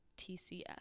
TCS